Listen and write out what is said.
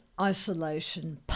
isolation